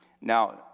Now